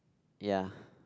ya